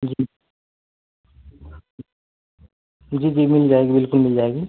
जी जी जी मिल जाएगी बिल्कुल मिल जाएगी